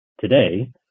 today